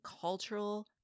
cultural